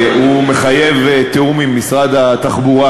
הוא מחייב תיאום גם עם משרד התחבורה.